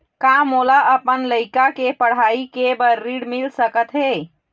का मोला अपन लइका के पढ़ई के बर ऋण मिल सकत हे?